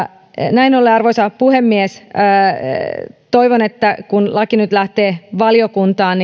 näin ollen arvoisa puhemies toivon kun laki nyt lähtee valiokuntaan